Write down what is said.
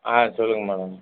ஆ சொல்லுங்கள் மேடம்